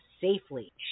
safely